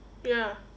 ya